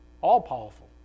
all-powerful